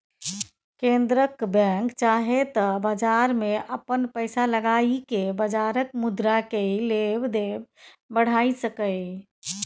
केंद्रक बैंक चाहे त बजार में अपन पैसा लगाई के बजारक मुद्रा केय लेब देब बढ़ाई सकेए